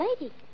lady